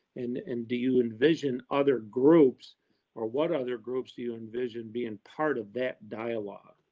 and and do you envision other groups or what other groups do you envision being part of that dialogue?